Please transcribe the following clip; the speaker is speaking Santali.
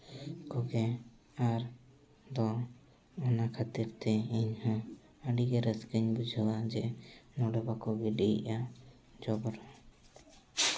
ᱠᱚᱜᱮ ᱟᱨ ᱫᱚ ᱚᱱᱟ ᱠᱷᱟᱹᱛᱤᱨ ᱛᱮ ᱤᱧᱦᱚᱸ ᱟᱹᱰᱤᱜᱮ ᱨᱟᱹᱥᱠᱟᱹᱧ ᱵᱩᱡᱷᱟᱹᱣᱟ ᱡᱮ ᱱᱚᱸᱰᱮ ᱵᱟᱠᱚ ᱜᱤᱰᱤᱭᱮᱫᱼᱟ ᱡᱚᱵᱨᱟ